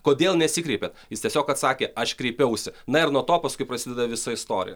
kodėl nesikreipėt jis tiesiog atsakė aš kreipiausi na ir nuo to paskui prasideda visa istorija